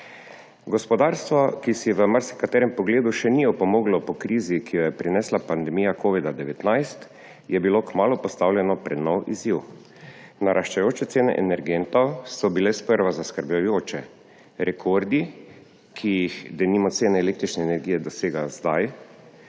Gospodarstvo, ki si v marsikaterem pogledu še ni opomoglo po krizi, ki jo je prinesla pandemija covida-19, je bilo kmalu postavljeno pred nov izziv. Naraščajoče cene energentov so bile sprva zaskrbljujoče, rekordi, ki jih, denimo, cene električne energije dosegajo zdaj,